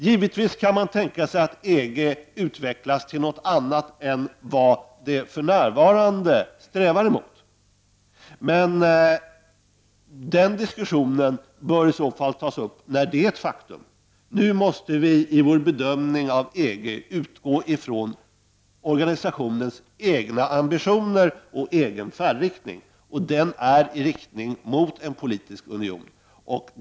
Givetvis kan man tänka sig att EG utvecklas till någonting annat än vad det för närvarande strävar emot. Men den diskussionen bör i så fall tas när detta är ett faktum. Nu måste vi i vår bedömning av EG utgå från organisationens egna ambitioner och egen färdriktning, och den är i riktning mot en politisk union.